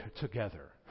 together